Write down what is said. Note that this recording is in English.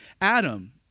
Adam